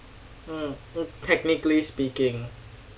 technically speaking